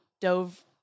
dove